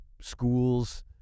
schools